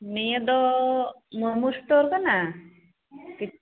ᱱᱤᱭᱟᱹ ᱫᱚ ᱢᱩᱨᱢᱩ ᱥᱴᱳᱨ ᱠᱟᱱᱟ ᱦᱮᱸ